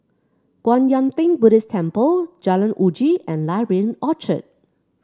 Kwan Yam Theng Buddhist Temple Jalan Uji and Library Orchard